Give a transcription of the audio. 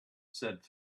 said